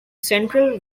central